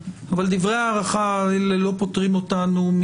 אבל דברי ההערכה האלה לא פוטרים אותנו,